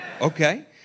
okay